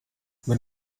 wenn